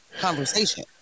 conversation